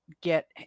get